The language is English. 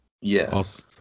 Yes